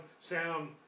sound